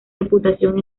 reputación